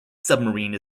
submarine